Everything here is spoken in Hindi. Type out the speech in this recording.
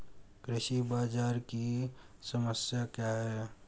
कृषि बाजार की समस्या क्या है?